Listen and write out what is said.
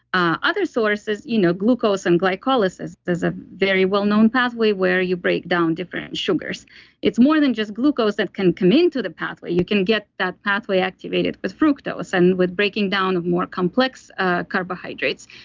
ah other sources, you know glucose and glycolysis. there's a very well-known pathway where you break down different sugars it's more than just glucose that can come into the pathway. you can get that pathway activated with fructose and with breaking down of more complex ah carbohydrates.